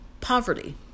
poverty